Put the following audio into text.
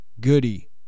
Goody